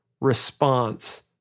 response